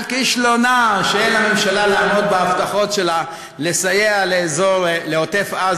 כישלונה של הממשלה לעמוד בהבטחות שלה לסייע לעוטף-עזה,